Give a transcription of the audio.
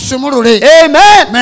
Amen